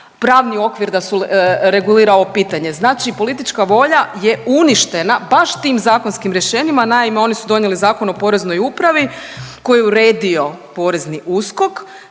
pravni okvir da se regulira ovo pitanje. Znači politička volja je uništena baš tim zakonskim rješenjima. Naime, oni su donijeli Zakon o Poreznoj upravi koji je uredio porezni USKOK